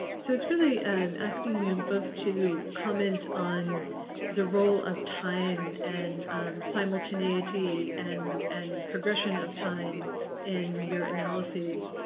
so it's really asking you both to comment on the role of time, and simultaneity, and and progression of time in your analyses.